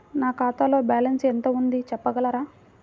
నా ఖాతాలో బ్యాలన్స్ ఎంత ఉంది చెప్పగలరా?